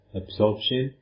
absorption